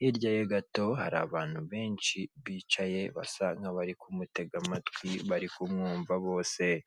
Hirya ye gato hari abantu benshi bicaye basa nk'abari kumutega amatwi bari kumwumva bose.